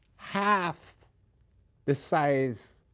half the size